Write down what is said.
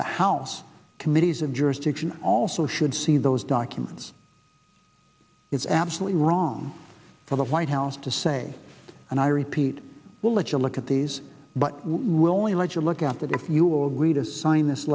the house committees of jurisdiction also should see those documents it's absolutely wrong for the white house to say and i repeat we'll let you look at these but will only let you look at that if you will agree to sign this